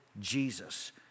Jesus